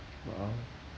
!wow!